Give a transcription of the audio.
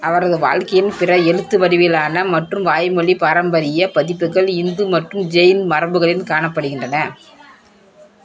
அவரது வாழ்க்கையின் பிற எழுத்துவடிவிலான மற்றும் வாய்மொழி பாரம்பரிய பதிப்புகள் இந்து மற்றும் ஜெயின் மரபுகளின் காணப்படுகின்றன